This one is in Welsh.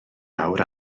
awr